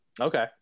okay